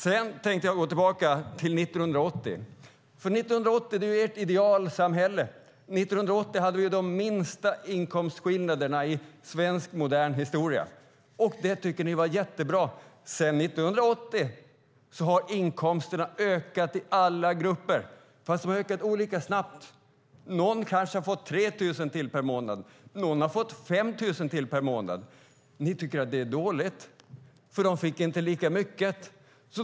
Jag går tillbaka till 1980. Då var det ert idealsamhälle. 1980 hade vi de minsta inkomstskillnaderna i modern svensk historia. Det tyckte ni var jättebra. Sedan 1980 har inkomsterna ökat i alla grupper men olika snabbt. Någon har fått 3 000 mer per månad, någon annan 5 000. Ni tycker att det är dåligt att alla inte har fått lika mycket.